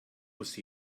muss